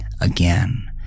again